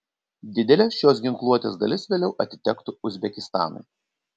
didelė šios ginkluotės dalis vėliau atitektų uzbekistanui